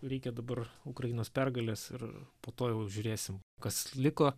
reikia dabar ukrainos pergalės ir po to jau žiūrėsim kas liko